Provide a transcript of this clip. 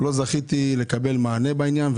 לא זכיתי לקבל מענה בעניין.